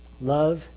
Love